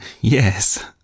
Yes